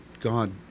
God